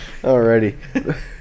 alrighty